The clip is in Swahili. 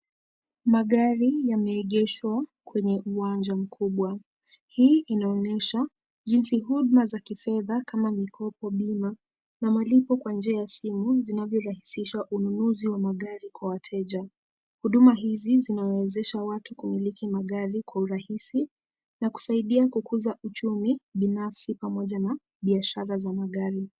Magari yameegeshwa kwenye uwanja mkubwa. Hii inaonyesha jinsi huduma za kifedha kama mikopo, bima na malipo kwa njia ya simu zinavyorahisisha ununuzi wa magari kwa wateja. Huduma hizi zinawezesha watu kumiliki magari kwa urahisi na kusaidia kukuza uchumi binafsi pamoja na biashara za magari.